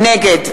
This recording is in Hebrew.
נגד